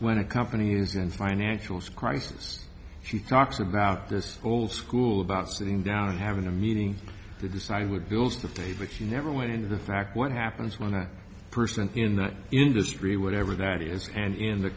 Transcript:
when a company is in financial crisis she talks about this old school about sitting down and having a meeting to decide would bills to pay but she never went into the fact what happens when a person in the industry whatever that is and in the